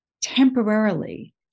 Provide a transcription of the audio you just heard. temporarily